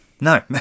No